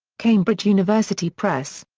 cambridge university press.